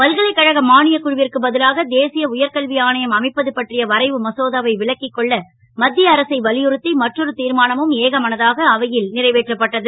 பல்கலைக்கழக மா யக் குழுவிற்கு ப லாக தேசிய உயர்கல்வி ஆணையம் அமைப்பது பற்றிய வரைவு மசோதாவை விலக்கிக் கொள்ள மத் ய அரசை வலியுறுத் மற்றொரு திர்மானமும் ஏகமனதாக அவை ல் றைவேற்றப்பட்டது